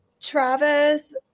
Travis